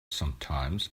sometimes